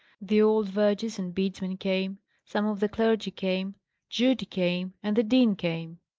the old vergers and bedesmen came some of the clergy came judy came and the dean came.